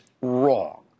wrong